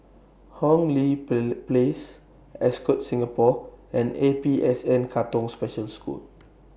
Hong Lee Place Ascott Singapore and A P S N Katong Special School